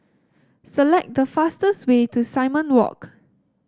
select the fastest way to Simon Walk